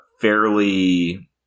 fairly